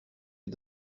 est